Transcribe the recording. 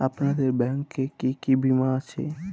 আপনাদের ব্যাংক এ কি কি বীমা আছে?